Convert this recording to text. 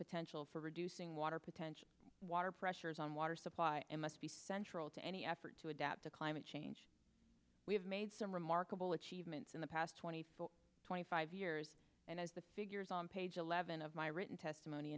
potential for reducing water potential water pressures on water supply and must be central to any effort to adapt to climate change we have made some remarkable achievements in the past twenty four twenty five years and as the figures on page eleven of my written testimony